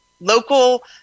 local